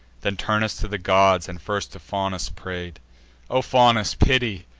then turnus to the gods, and first to faunus pray'd o faunus, pity!